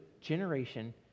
generation